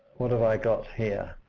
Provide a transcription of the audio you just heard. what have i got here?